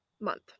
month